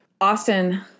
Austin